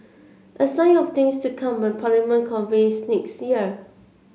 a sign of things to come when Parliament convenes next year